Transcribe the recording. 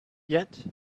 yet